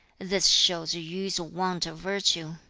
this shows yu's want of virtue.